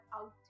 out